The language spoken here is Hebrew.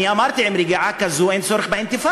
אמרתי: עם רגיעה כזו אין צורך באינתיפאדה.